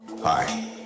Hi